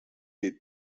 the